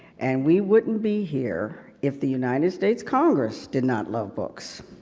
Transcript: and we wouldn't be here if the united states congress did not love books.